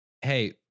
Hey